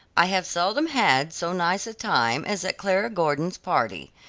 i have seldom had so nice a time as at clara gordon's party.